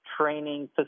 training